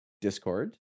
Discord